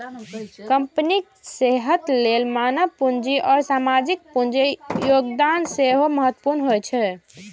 कंपनीक सेहत लेल मानव पूंजी आ सामाजिक पूंजीक योगदान सेहो महत्वपूर्ण होइ छै